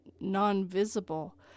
non-visible